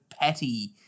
petty